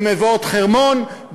במבואות-חרמון,